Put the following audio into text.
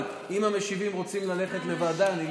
אבל אם המשיבים רוצים ללכת לוועדה לא אתנגד.